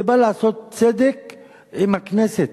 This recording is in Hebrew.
זה בא לעשות צדק עם הכנסת,